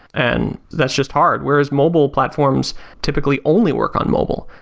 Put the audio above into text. and that's just hard, whereas mobile platforms typically only work on mobile.